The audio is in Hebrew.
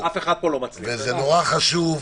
וזה נורא חשוב,